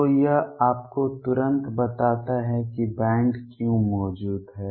तो यह आपको तुरंत बताता है कि बैंड क्यों मौजूद हैं